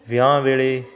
ਵਿਆਹ ਵੇਲੇ